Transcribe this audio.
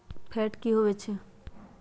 Fat की होवछै?